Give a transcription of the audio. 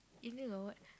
Indian got what